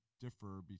differ